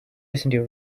listening